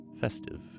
Festive